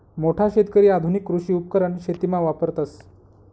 मोठा शेतकरी आधुनिक कृषी उपकरण शेतीमा वापरतस